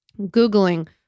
Googling